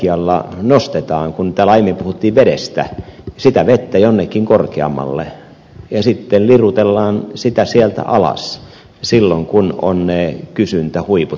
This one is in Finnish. ydinvoimaenergialla nostetaan kun täällä aiemmin puhuttiin vedestä sitä vettä jonnekin korkeammalle ja sitten lirutellaan sitä sieltä alas silloin kun on ne kysyntähuiput